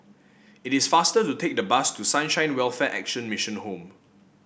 it is faster to take the bus to Sunshine Welfare Action Mission Home